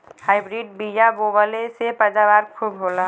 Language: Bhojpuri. हाइब्रिड बिया बोवले से पैदावार खूब होला